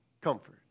comfort